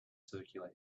circular